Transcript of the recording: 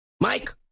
Mike